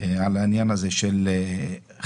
על העניין הזה של החל"תים,